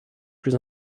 plus